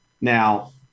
Now